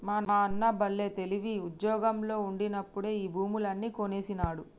మా అన్న బల్లే తెలివి, ఉజ్జోగంలో ఉండినప్పుడే ఈ భూములన్నీ కొనేసినాడు